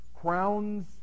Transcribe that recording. crowns